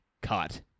cut